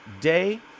day